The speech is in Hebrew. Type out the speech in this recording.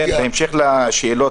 בהמשך לשאלות,